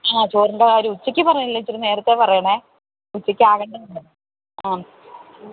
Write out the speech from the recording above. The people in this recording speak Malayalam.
അ ചോറിൻ്റെ കാര്യം ഉച്ചയ്ക്ക് പറയല്ലേ ഇച്ചിരി നേരത്തെ പറയണേ ഉച്ചയ്ക്കാണ് വേണ്ടതുകൊണ്ട് അ